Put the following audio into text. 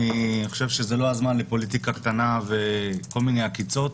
אני חושב שזה לא הזמן לפוליטיקה קטנה וכל מיני עקיצות.